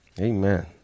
Amen